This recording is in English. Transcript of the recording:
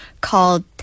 called